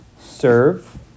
serve